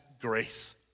grace